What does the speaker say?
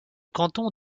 canton